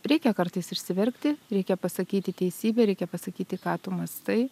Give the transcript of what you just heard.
reikia kartais išsiverkti reikia pasakyti teisybę reikia pasakyti ką tu mąstai